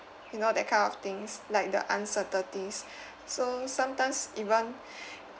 you know that kind of things like the uncertainties so sometimes even